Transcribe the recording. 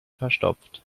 verstopft